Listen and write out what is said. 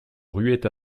ruait